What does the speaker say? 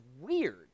weird